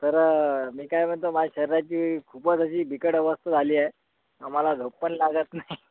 तर मी काय म्हणतो माझं शरीराची खूपच अशी बिकट अवस्था झाली आहे मला झोप पण लागत नाही